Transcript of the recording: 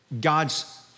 God's